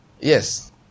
Yes